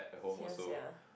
here sia